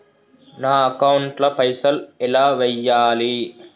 నా అకౌంట్ ల పైసల్ ఎలా వేయాలి?